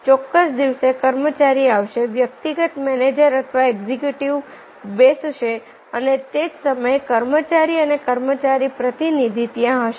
ચોક્કસ દિવસે કર્મચારી આવશે વ્યક્તિગત મેનેજર અથવા એક્ઝિક્યુટિવ બેસશે અને તે જ સમયે કર્મચારી અને કર્મચારી પ્રતિનિધિ ત્યાં હશે